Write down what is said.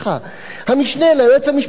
המשנה ליועץ המשפטי לממשלה,